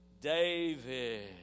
David